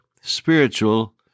spiritual